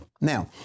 now